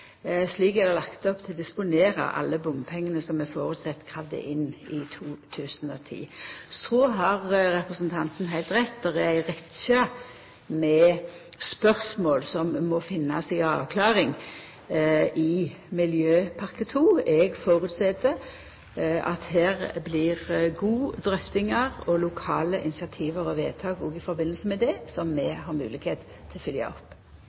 Slik er det lagt opp til å disponera alle bompengane som det er føresett blir kravde inn i 2010. Så har representanten heilt rett i at det er ei rekkje med spørsmål som må finna si avklaring i Miljøpakke trinn 2. Eg føreset at det blir gode drøftingar, lokale initiativ og vedtak i samband med det, som vi har moglegheit til å følgja opp.